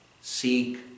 seek